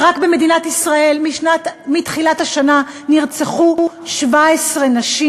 ורק במדינת ישראל מתחילת השנה נרצחו 17 נשים,